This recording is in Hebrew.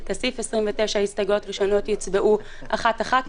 כסיף; 29 הסתייגויות ראשונות יוצבעו אחת-אחת,